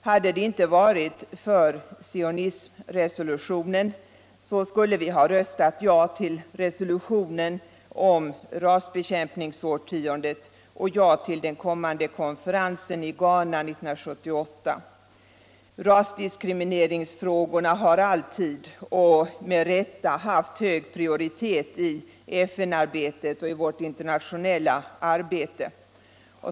Hade det inte varit för sionism Nr 30 resolutionen skulle vi ha röstat ja till resolutionen om rasbekämpningsårtiondet och ja till konferensen i Ghana 1978. Rasdiskrimineringsfrågorna har alltid och med rätta haft hög prioritet i FN-arbetet och i vårt internationella arbete.